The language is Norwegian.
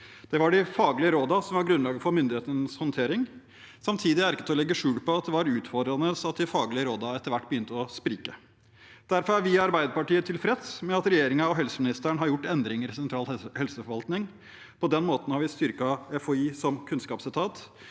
Det var de faglige rådene som var grunnlaget for myndighetenes håndtering. Samtidig er det ikke til å legge skjul på at det var utfordrende at de faglige rådene etter hvert begynt å sprike. Derfor er vi i Arbeiderpartiet tilfreds med at regjeringen og helseministeren har gjort endringer i sentral helseforvaltning. På den måten har vi styrket FHI som